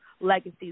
legacies